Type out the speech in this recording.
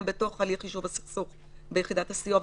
בתוך הליך יישוב הסכסוך ביחידת הסיוע,